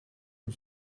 une